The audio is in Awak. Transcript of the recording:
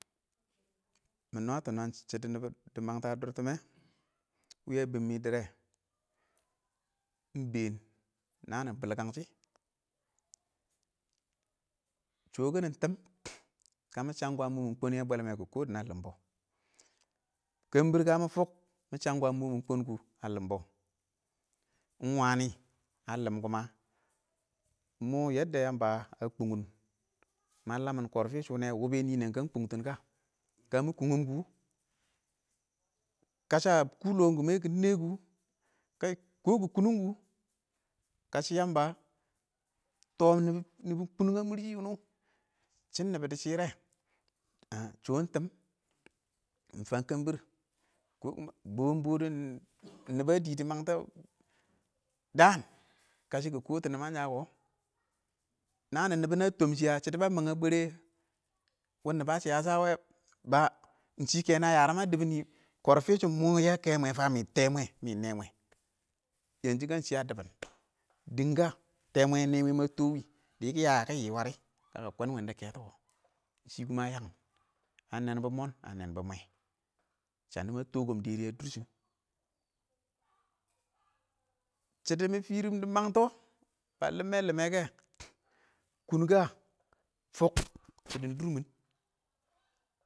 Mɪ nwətɔ nəən shɪdɔ nɪbɔ dɪ məngtɔ ə dʊr tɪmmɛ wɪyə bɪmmɛ dɪrrɪ ɪng bɛɛn nəən nɪ bɪlkəng shɪ shɔkɪnɪ tɪm kə ɪng chə ɪng wɔɔn kwən yɛ bwelmɛ kʊ, kɔ dɪn ə lɪmbɔ kəmbɪr ɪng kə mʊ fʊk mɪ chəb kwan mʊ mɪ kwən kʊ ə lɪmbɔ ɪng wənɪ ə lɪm kʊ mə ɪng mɔ mʊ yəmbə ə kʊngyɪn mə məng kɔrfɪ shʊ wɛ təbbɛ nɪ nɛn kən kʊttɪn kə, kəmɪ kʊng ʊm kʊ kəshɪ ə kʊ lɔngɪm mɛ kʊ kɔ kə kʊ kʊnʊng kʊ kəshɪ yəmbə tɔɔm nɪbʊ kʊnʊng ə mʊrshɪ wʊnʊng shɪn nɪbɪ dɪ shɪrre ə, chɔɔn tɪm ɪng fəə kəmbɪr, kɔɔ bɔɔ bɔdɪ nɪbaə dɪ dɪ məngtə dəən kə shɪ kɪ kɔtʊ nɪmən sha kɔ nəən nɪ nɪba nə tɔɔmm shɪ a shɪdo nə məng ə bwɛrɛ kɔ nɪbə ə shɪysəhə wɛ shɪ,ɪng nə yərəm a dɪbɪnɪ kɔrrfɪ ɪng mɔ yɛ kɛmwɛ fə ɪng tɛɛ mwɛ mɪ nɛ mwɛ mɪ tɛɛ mwɛ kə shɪ ə dɪbʊn dɪng kə tɛɛ mwɛ yɛ nɛ mwɛ mə tɔɔ wɪɪn dɪ kɪ yə, dɪ kɪ yɪ wərɪ kəshɪ kə kwən kɛtɔ kʊ shɪ ə yəngɪn ə nɛn bʊ mɔɔn ə nɛnbʊ mwɛ shənɪ ə tɔo kəm dɛrɪ ə dɔr shɪn shɪdo ɪng mɪ fɪrɪm dɪ məng tɔ bə lɪmmɛ-lɪmmɛ kɛ kʊn kə fʊk shɪdɪn dʊrmɪn.